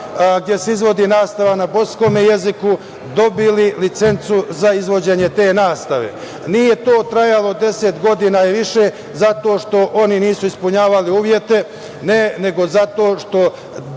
gde se izvodi nastava na bosanskom jeziku, dobili licencu za izvođenje te nastave. Nije to trajalo deset godina i više zato što oni nisu ispunjavali uslove, nego zato što